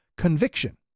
conviction